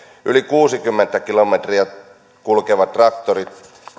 yli kuusikymmentä kilometriä tunnissa kulkevat traktorit